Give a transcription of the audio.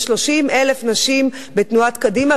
יש 30,000 נשים בתנועת קדימה,